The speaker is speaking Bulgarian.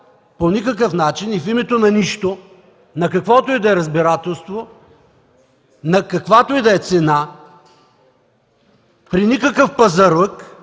по никакъв начин и в името на нищо, на каквото и да е разбирателство, на каквато и да е цена, при никакъв пазарлък